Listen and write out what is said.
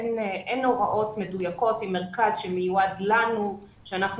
אין הוראות מדויקות עם מרכז שמיועד לנו שאנחנו